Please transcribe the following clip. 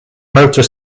motor